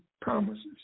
promises